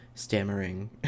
stammering